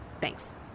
Thanks